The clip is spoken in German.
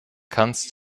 kannst